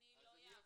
אני לא אעביר.